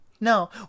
no